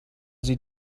sie